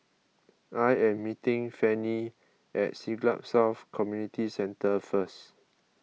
I am meeting Fannie at Siglap South Community Centre first